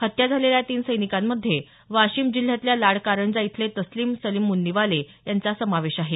हत्या झालेल्या या तीन सैनिकांमध्ये वाशिम जिल्ह्यातल्या लाड कारंजा इथले तस्लिम सलीम मुन्नीवाले याचा समावेश आहे